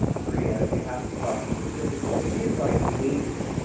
maria, you have to talk specifics. indians like behavior.